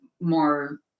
more